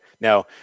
Now